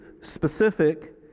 specific